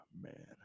man